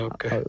Okay